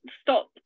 stop